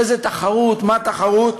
איזו תחרות, מה תחרות.